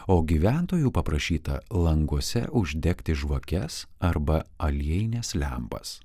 o gyventojų paprašyta languose uždegti žvakes arba aliejines lempas